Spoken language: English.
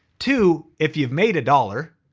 two, if you've made a dollar,